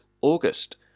August